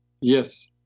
Yes